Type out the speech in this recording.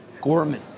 Gorman